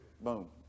Boom